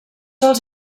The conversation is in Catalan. els